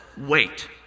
wait